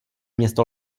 město